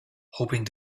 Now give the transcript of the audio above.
hoping